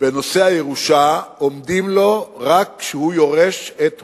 בנושא הירושה עומדות לו רק כשהוא יורש את הוריו,